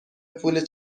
پول